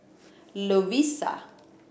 Lovisa